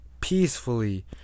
peacefully